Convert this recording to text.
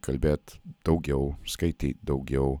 kalbėt daugiau skaityt daugiau